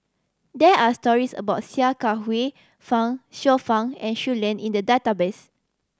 there are stories about Sia Kah Hui Fang Xiu Fang and Shui Lan in the database